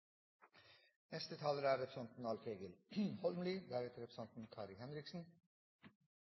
Neste taler er representanten Svein Flåtten, deretter representanten